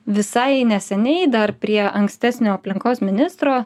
visai neseniai dar prie ankstesnio aplinkos ministro